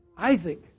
Isaac